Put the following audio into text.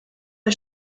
der